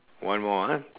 one more ah